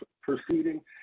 proceeding